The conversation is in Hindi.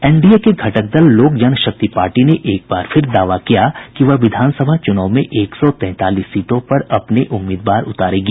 एनडीए के घटक दल लोक जनशक्ति पार्टी ने एक बार फिर दावा किया कि वह विधानसभा चुनाव में एक सौ तैंतालीस सीटों पर अपने उम्मीदवार उतारेगी